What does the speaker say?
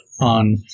on